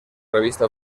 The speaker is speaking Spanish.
revista